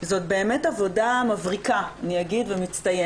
זאת באמת עבודה מבריקה ומצטיינת.